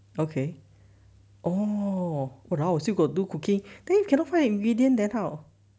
okay oh !walao! still got do cooking then you cannot find ingredient then how